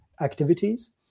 activities